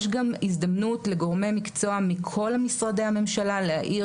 יש גם הזדמנות לגורמי מקצוע מכל משרדי הממשלה להעיר